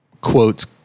quotes